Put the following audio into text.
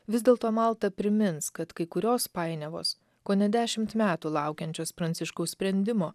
vis dėlto malta primins kad kai kurios painiavos kone dešimt metų laukiančius pranciškaus sprendimo